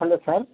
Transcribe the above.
hello sir